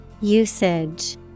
Usage